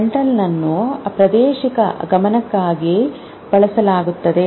ಮುಂಭಾಗವನ್ನು ಪ್ರಾದೇಶಿಕ ಗಮನಕ್ಕಾಗಿ ಬಳಸಲಾಗುತ್ತದೆ